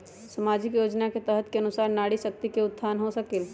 सामाजिक योजना के तहत के अनुशार नारी शकति का उत्थान हो सकील?